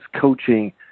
coaching